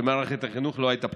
שמערכת החינוך לא הייתה פתוחה.